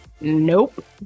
Nope